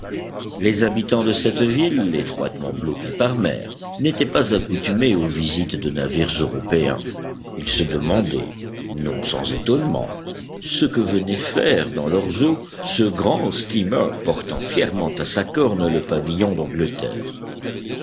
les habitants de cette ville étroitement bloquée par mer n'étaient pas accoutumés aux visites de navires européens ils se demandaient non sans étonnement ce que venait faire dans leurs eaux ce grand steamer portant fièrement à sa corne le pavillon